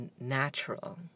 natural